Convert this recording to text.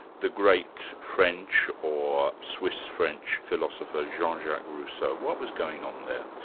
the great french or swiss-french philosopher, jean-jacques rousseau. what was going on there?